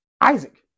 Isaac